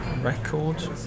record